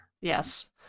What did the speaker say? Yes